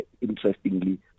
interestingly